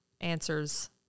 answers